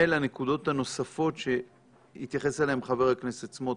ולנקודות הנוספות שהתייחס אליהן חבר הכנסת סמוטריץ'.